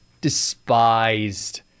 Despised